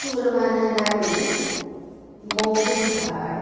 ચૂરમાના laddu Mohan Thal